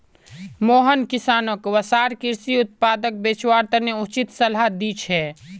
मोहन किसानोंक वसार कृषि उत्पादक बेचवार तने उचित सलाह दी छे